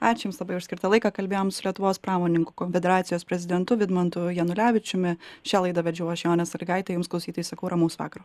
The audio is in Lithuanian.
ačiū jums labai už skirtą laiką kalbėjom su lietuvos pramonininkų konfederacijos prezidentu vidmantu janulevičiumi šią laidą vedžiau aš jonė sąlygaitė jums klausytojai sakau ramaus vakaro